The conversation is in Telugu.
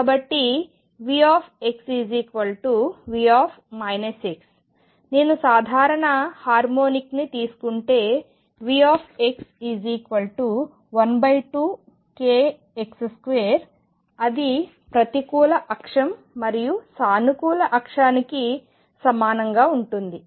కాబట్టి VxV నేను సాధారణ హార్మోనిక్ని తీసుకుంటే Vx12kx2 అది ప్రతికూల అక్షం మరియు సానుకూల అక్షానికి సమానంగా ఉంటుంది